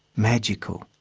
magical,